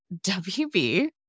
wb